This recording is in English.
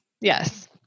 yes